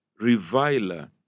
reviler